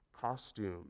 costume